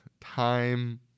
time